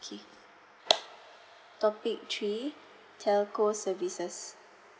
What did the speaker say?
okay topic three telco services